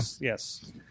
yes